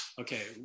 okay